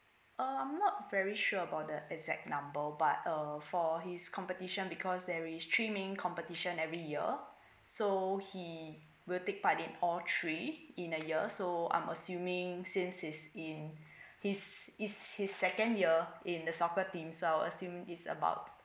uh I'm not very sure about the exact number or but uh for his competition because there is three main competition every year so he will take part in all three in a year so I'm assuming since he's in he's it's his second year in the soccer teams so I assume is about